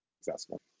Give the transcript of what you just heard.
successful